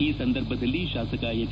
ಈ ಸಂದರ್ಭದಲ್ಲಿ ಶಾಸಕ ಎಚ್